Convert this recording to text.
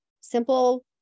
simple